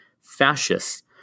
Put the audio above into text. Fascists